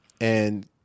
and-